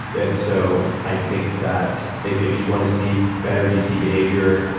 and so i think that if if you want to see better vc behavior,